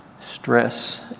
stress